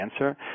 answer